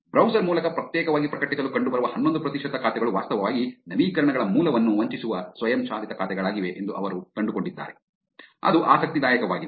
browser ಮೂಲಕ ಪ್ರತ್ಯೇಕವಾಗಿ ಪ್ರಕಟಿಸಲು ಕಂಡುಬರುವ ಹನ್ನೊಂದು ಪ್ರತಿಶತ ಖಾತೆಗಳು ವಾಸ್ತವವಾಗಿ ನವೀಕರಣಗಳ ಮೂಲವನ್ನು ವಂಚಿಸುವ ಸ್ವಯಂಚಾಲಿತ ಖಾತೆಗಳಾಗಿವೆ ಎಂದು ಅವರು ಕಂಡುಕೊಂಡಿದ್ದಾರೆ ಅದು ಆಸಕ್ತಿದಾಯಕವಾಗಿದೆ